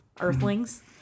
Earthlings